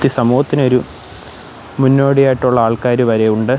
എത്തി സമൂഹത്തിന് ഒരു മുന്നോടി ആയിട്ടുള്ള ആൾക്കാർ വരെയുണ്ട്